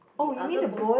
the other boy